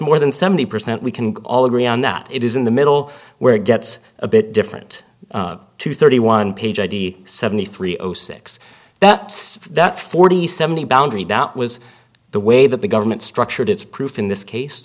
more than seventy percent we can all agree on that it is in the middle where it gets a bit different to thirty one page id seventy three zero six that that forty seven boundary doubt was the way that the government structured its proof in this case